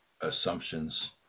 assumptions